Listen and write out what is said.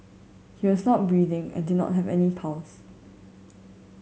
he was not breathing and did not have any pulse